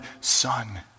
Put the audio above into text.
son